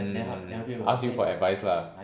mm ask you for advice lah